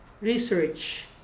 research